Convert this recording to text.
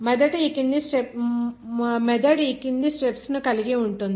method ఈ క్రింది steps ను కలిగి ఉంటుంది